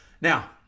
Now